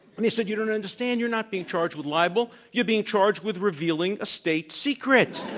and he said, you don't understand. you're not being charged with libel. you're being charged with revealing a state secret!